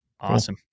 Awesome